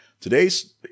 Today's